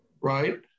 right